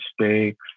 mistakes